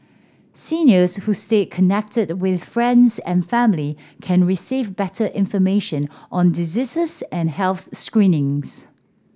seniors who stay connected with friends and family can receive better information on diseases and health screenings